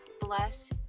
bless